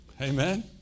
Amen